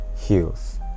heals